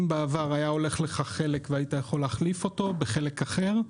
אם בעבר היה הולך לך חלק והיית יכול להחליף אותו בחלק אחר,